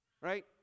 Right